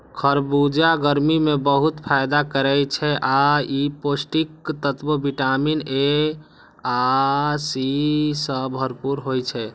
खरबूजा गर्मी मे बहुत फायदा करै छै आ ई पौष्टिक तत्व विटामिन ए आ सी सं भरपूर होइ छै